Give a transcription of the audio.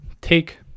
take